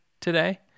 today